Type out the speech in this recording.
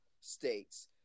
states